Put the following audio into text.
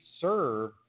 serve